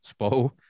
Spo